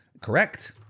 correct